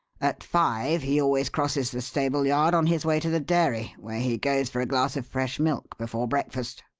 at five he always crosses the stable yard on his way to the dairy where he goes for a glass of fresh milk before breakfast.